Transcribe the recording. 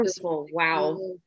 wow